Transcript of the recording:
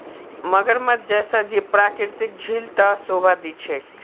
मगरमच्छ जैसा जीव प्राकृतिक झील त शोभा दी छेक